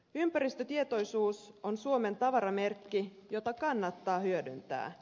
ympäristötietoisuus on suomen tavaramerkki jota kannattaa hyödyntää